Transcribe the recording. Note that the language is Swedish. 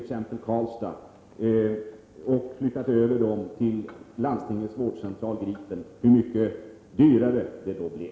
Röntgenutrustning har därifrån flyttats över till landstingets vårdcentral Gripen. Man kan se hur mycket dyrare det då blev.